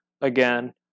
again